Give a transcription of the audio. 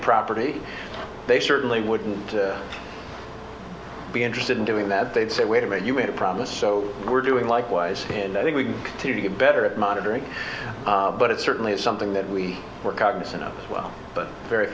property they certainly wouldn't be interested in doing that they'd say wait a minute you made a promise so we're doing likewise and i think we continue to get better at monitoring but it's certainly something that we were cognizant of as well but very